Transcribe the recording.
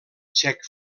xec